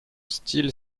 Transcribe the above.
style